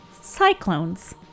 cyclones